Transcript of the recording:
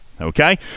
Okay